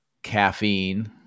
caffeine